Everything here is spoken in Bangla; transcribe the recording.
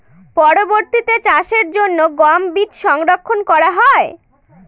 পরবর্তিতে চাষের জন্য গম বীজ সংরক্ষন করা হয়?